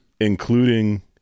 including